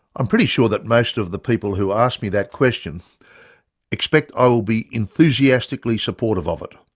i'm pretty sure that most of the people who ask me that question expect i will be enthusiastically supportive of it!